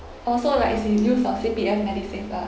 also like it's in use for C_P_F medisave lah